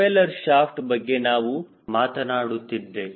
ಮತ್ತು propeller shaft ಬಗ್ಗೆ ನಾವು ಮಾತನಾಡುತ್ತಿದ್ದೆ